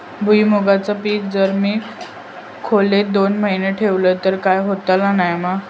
भुईमूगाचा पीक जर मी खोलेत दोन महिने ठेवलंय तर काय होतला नाय ना?